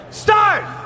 start